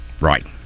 Right